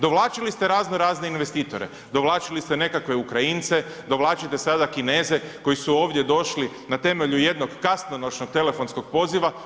Dovlačili ste razno razne investitore, dovlačili ste nekakve Ukrajince, dovlačite sada Kineze, koji su ovdje došli na temelju jednog kasnonoćnog telefonskog poziva.